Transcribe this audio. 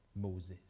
Moses